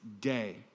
day